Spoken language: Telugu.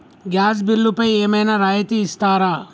గ్యాస్ బిల్లుపై ఏమైనా రాయితీ ఇస్తారా?